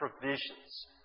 provisions